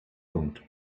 punkt